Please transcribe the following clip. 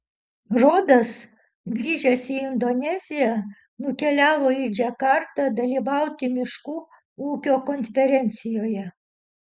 rodas grįžęs į indoneziją nukeliavo į džakartą dalyvauti miškų ūkio konferencijoje